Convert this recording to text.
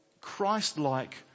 Christ-like